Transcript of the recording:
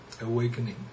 awakening